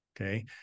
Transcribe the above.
Okay